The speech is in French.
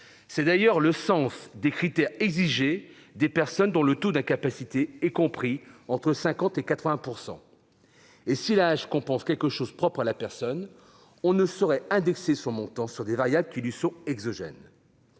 C'est d'ailleurs le sens des critères exigés des personnes dont le taux d'incapacité est compris entre 50 % et 80 %. Si l'AAH compense quelque chose propre à la personne, on ne saurait indexer son montant sur des variables qui lui sont exogènes.